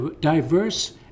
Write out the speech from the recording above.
diverse